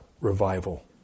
revival